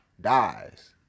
dies